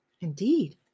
Indeed